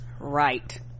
right